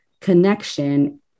connection